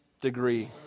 degree